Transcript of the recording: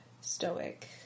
stoic